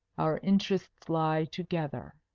our interests lie together.